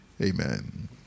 Amen